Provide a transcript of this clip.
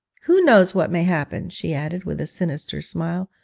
who knows what may happen she added, with a sinister smile,